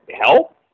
help